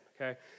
Okay